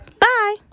bye